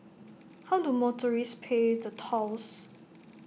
how do motorists pay the tolls